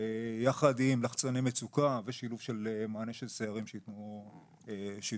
יחד עם לחצני מצוקה ושילוב של מענה של סיירים שייתנו פתרון.